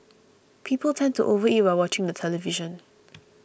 people tend to overeat while watching the television